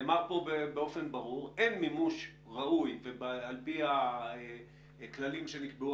נאמר פה באופן ברור שאין מימוש ראוי על פי הכללים שנקבעו,